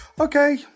Okay